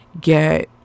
get